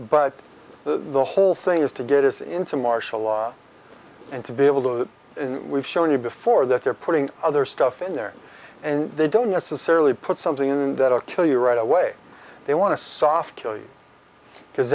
but the whole thing is to get us into martial law and to be able to we've shown you before that they're putting other stuff in there and they don't necessarily put something in that or kill you right away they want to soft kill you because